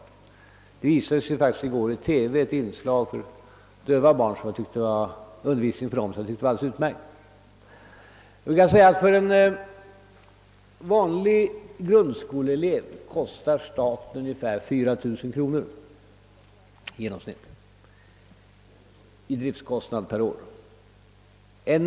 I går visades faktiskt i TV ett inslag om undervisning för döva barn, som jag tyckte var alldeles utmärkt. En vanlig grundskoleelev kostar staten i genomsnitt 4 000 kronor per år.